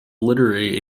literary